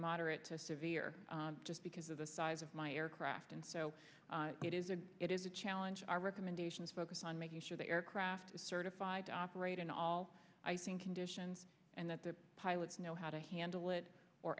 moderate to severe just because of the size of my aircraft and so it is a it is a challenge our recommendations focus on making sure the aircraft is certified to operate in all i think conditions and that the pilots know how to handle it or